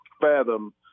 fathom